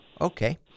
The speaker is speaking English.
Okay